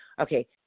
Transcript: Okay